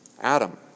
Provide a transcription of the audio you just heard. Adam